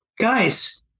guys